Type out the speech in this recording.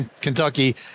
Kentucky